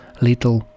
Little